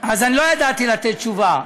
אני לא ידעתי לתת תשובה.